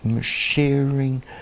sharing